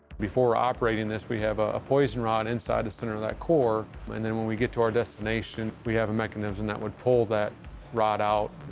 before operating this, we have a poison rod inside the center of that core and then, when we get to our destination we have a mechanism that would pull that rod out,